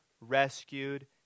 rescued